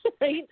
Right